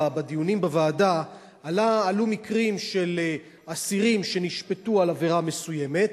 בדיונים בוועדה עלו מקרים של אסירים שנשפטו על עבירה מסוימת